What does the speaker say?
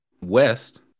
west